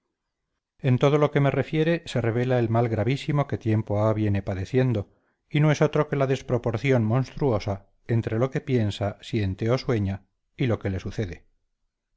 en todo lo que me refiere se revela el mal gravísimo que tiempo ha viene padeciendo y no es otro que la desproporción monstruosa entre lo que piensa siente o sueña y lo que le sucede